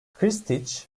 krstiç